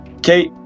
Okay